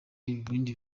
bindi